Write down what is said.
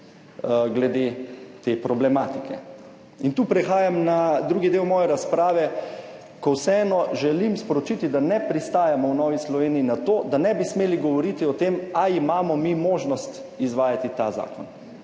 glede te problematike. In tu prehajam na drugi del moje razprave, ko vseeno želim sporočiti, da ne pristajamo v Novi Sloveniji na to, da ne bi smeli govoriti o tem, ali imamo mi možnost izvajati ta zakon.